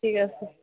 ঠিক আছে